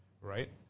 right